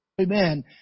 Amen